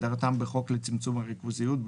כהגדרתם בחוק לצמצום הריכוזיות,